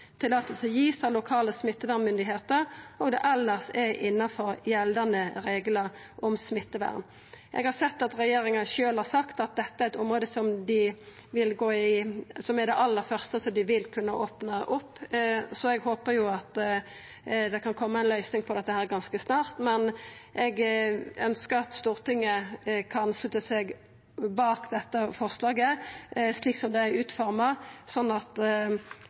av lokale smittevernmyndigheiter og det elles er innanfor gjeldande reglar om smittevern. Eg har sett at regjeringa sjølv har sagt at dette er eit område som er det aller første dei vil kunna opna opp, så eg håper det kan koma ei løysing på dette ganske snart. Men eg ønskjer at Stortinget kan slutta seg til dette forslaget slik det er utforma, slik at